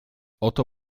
oto